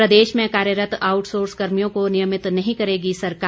प्रदेश में कार्यरत आउटसोर्स कर्मियों को नियमित नहीं करेगी सरकार